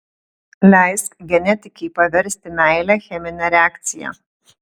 leisk genetikei paversti meilę chemine reakcija